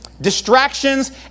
distractions